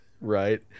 Right